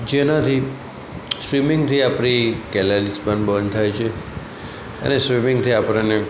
જેનાથી સ્વિમિંગથી આપણી કૅલરીઝ પણ બર્ન થાય છે અને સ્વિમિંગથી આપણને